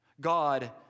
God